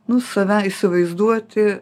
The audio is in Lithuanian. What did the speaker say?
nu save įsivaizduoti